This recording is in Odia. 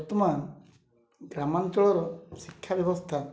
ବର୍ତ୍ତମାନ ଗ୍ରାମାଞ୍ଚଳର ଶିକ୍ଷା ବ୍ୟବସ୍ଥା